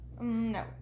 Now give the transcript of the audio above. No